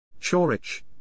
Chorich